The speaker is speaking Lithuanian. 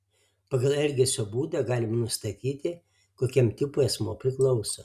pagal elgesio būdą galima nustatyti kokiam tipui asmuo priklauso